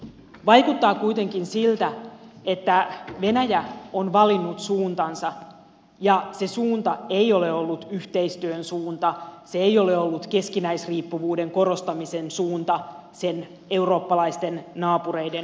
vaikuttaa kuitenkin siltä että venäjä on valinnut suuntansa ja se suunta ei ole ollut yhteistyön suunta se ei ole ollut keskinäisriippuvuuden korostamisen suunta sen eurooppalaisten naapureiden kanssa